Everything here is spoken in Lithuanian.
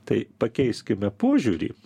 tai pakeiskime požiūrį